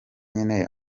nyine